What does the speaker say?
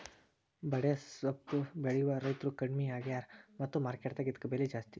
ಬಡೆಸ್ವಪ್ಪು ಬೆಳೆಯುವ ರೈತ್ರು ಕಡ್ಮಿ ಆಗ್ಯಾರ ಮತ್ತ ಮಾರ್ಕೆಟ್ ದಾಗ ಇದ್ಕ ಬೆಲೆ ಜಾಸ್ತಿ